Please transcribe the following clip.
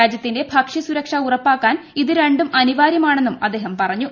രാജൃത്തിന്റെ ഭക്ഷൃ സുരക്ഷ ഉറപ്പാക്കാൻ ഇതുരണ്ടും അനിവാര്യമാണെന്നും അദ്ദേഹം പറഞ്ഞു